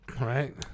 Right